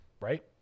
right